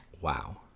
Wow